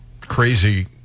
crazy